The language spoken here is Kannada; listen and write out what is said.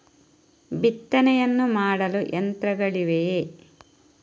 ಬಿತ್ತನೆಯನ್ನು ಮಾಡಲು ಯಂತ್ರಗಳಿವೆಯೇ?